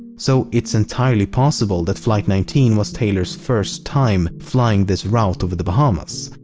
so it's entirely possible that flight nineteen was taylor's first time flying this route over the bahamas.